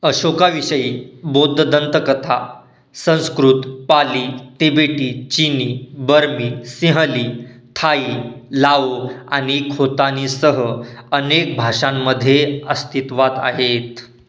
अशोकाविषयी बौद्ध दंतकथा संस्कृत पाली तिबेटी चिनी बर्मी सिंहली थाई लावो आणि खोतानी सह अनेक भाषांमध्ये अस्तित्वात आहेत